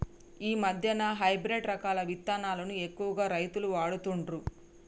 ఈ మధ్యన హైబ్రిడ్ రకాల విత్తనాలను ఎక్కువ రైతులు వాడుతుండ్లు